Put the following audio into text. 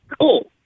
Cool